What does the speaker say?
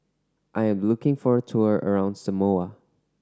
I'm looking for a tour around Samoa